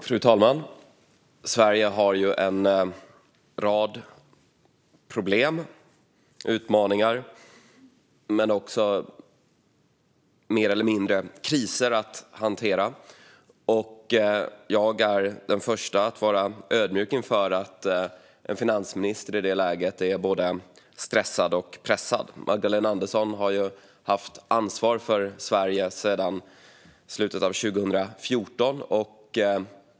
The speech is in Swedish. Fru talman! Sverige har en rad problem, utmaningar och större och mindre kriser att hantera. Jag är den förste att vara ödmjuk inför att en finansminister i det läget är både stressad och pressad. Magdalena Andersson har haft ansvar för Sverige sedan slutet av 2014.